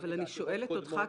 אבל אני שואלת אותך,